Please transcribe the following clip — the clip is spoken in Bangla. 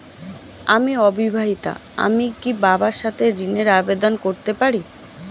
আমি অবিবাহিতা আমি কি বাবার সাথে ঋণের আবেদন করতে পারি?